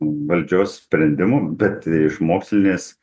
valdžios sprendimų bet iš mokslinės